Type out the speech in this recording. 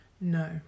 No